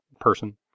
person